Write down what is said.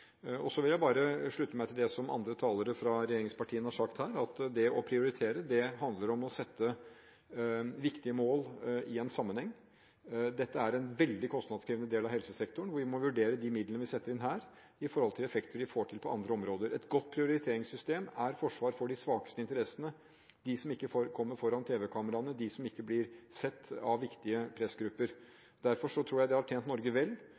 Så vil jeg bare slutte meg til det som andre talere fra regjeringspartiene har sagt her, at det å prioritere handler om å se viktige mål i en sammenheng. Dette er en veldig kostnadskrevende del av helsesektoren, og vi må vurdere de midlene vi setter inn her, i forhold til effekter vi får til på andre områder. Et godt prioriteringssystem er et forsvar for de svakeste og deres interesser – de som ikke kommer foran tv-kameraene, de som ikke blir sett av viktige pressgrupper. Derfor tror jeg det har tjent Norge vel